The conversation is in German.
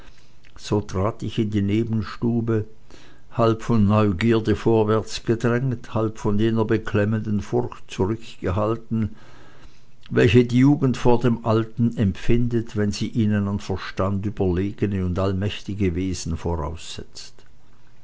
so trat ich in die nebenstube halb von neugierde vorwärtsgedrängt halb von jener beklemmenden furcht zurückgehalten welche die jugend vor den alten empfindet wenn sie in ihnen an verstand überlegene und allmächtige wesen voraussetzt